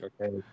okay